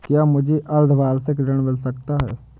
क्या मुझे अर्धवार्षिक ऋण मिल सकता है?